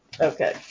Okay